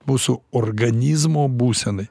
mūsų organizmo būsenai